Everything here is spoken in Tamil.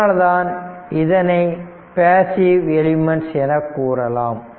அதனால்தான் இதனை பேசிவ் எலிமென்ட்ஸ் எனக் கூறலாம்